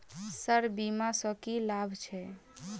Sir बीमा सँ की लाभ छैय?